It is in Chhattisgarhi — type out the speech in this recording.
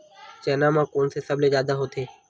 चना म कोन से सबले जादा होथे?